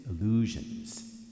illusions